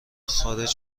خارج